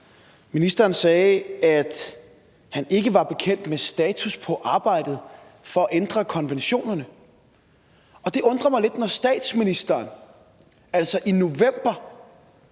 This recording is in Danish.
Ministeren sagde, at han ikke var bekendt med status på arbejdet for at ændre konventionerne, og det undrer mig lidt, når nu statsministeren i november